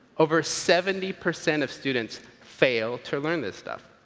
over seventy percent of students fail to learn this stuff.